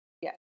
Yes